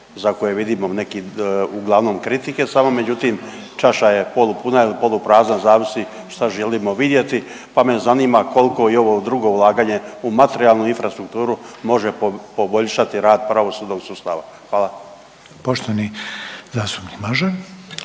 za koje vidimo neki uglavnom kritike samo, međutim čaša je polupuna ili poluprazna zavisi šta želimo vidjeti, pa me zanima koliko i ovo drugo ulaganje u materijalnu infrastrukturu može poboljšati rad pravosudnog sustava. Hvala. **Reiner,